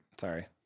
Sorry